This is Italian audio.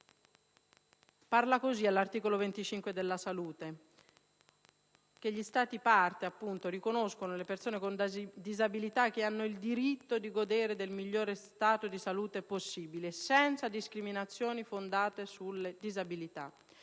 recita, all'articolo 25 (Salute): «Gli Stati Parti riconoscono che le persone con disabilità hanno il diritto di godere del migliore stato di salute possibile, senza discriminazioni fondate sulla disabilità